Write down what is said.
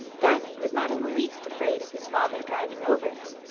diamond was not in the least afraid of his father driving over him,